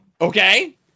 Okay